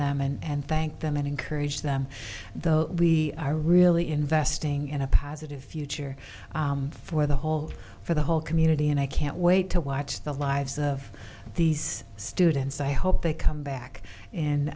them and thank them and encourage them though we are really investing in a positive future for the whole for the whole community and i can't wait to watch the lives of these students i hope they come back